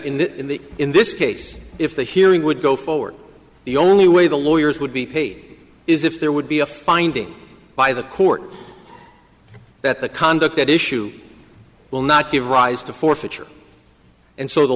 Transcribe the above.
in the in the in this case if the hearing would go forward the only way the lawyers would be paid is if there would be a finding by the court that the conduct at issue will not give rise to forfeiture and so the